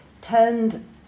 turned